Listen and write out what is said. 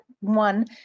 one